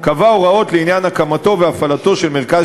קבע הוראות לעניין הקמתו והפעלתו של מרכז